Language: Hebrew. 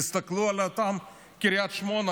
תסתכלו על קריית שמונה.